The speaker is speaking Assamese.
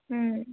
ও